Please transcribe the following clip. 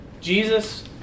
Jesus